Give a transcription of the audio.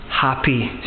happy